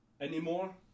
anymore